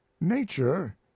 Nature